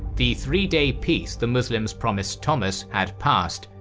the three day-peace the muslims promised thomas had passed,